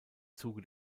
zuge